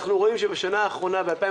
אנחנו רואים שבשנה האחרונה ב-2018,